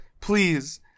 Please